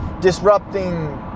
disrupting